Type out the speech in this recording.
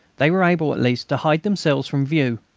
they were able, at least, to hide themselves from view.